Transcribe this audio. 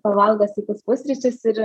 pavalgo sveikus pusryčius ir